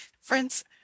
Friends